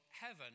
Heaven